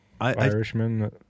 Irishman